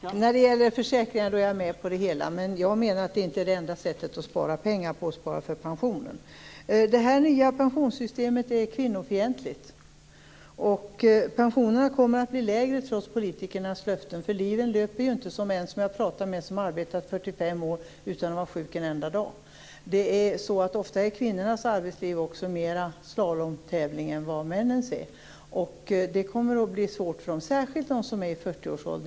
Herr talman! När det gäller försäkringar är jag med på det som sägs. Men jag menar att sparandet till pensionen inte är det enda sättet att spara pengar. Det nya pensionssystemet är kvinnofientligt. Pensionerna kommer att bli lägre trots politikernas löften. Liven löper ju inte som för den människa som jag pratat med som arbetat i 45 år utan att vara sjuk en enda dag. Ofta är kvinnornas arbetsliv också mer slalomtävling än vad männens är. Det kommer att bli svårt för dem, särskilt för dem som är i 40-årsåldern.